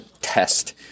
test